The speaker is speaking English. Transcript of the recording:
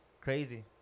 crazy